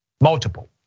multiple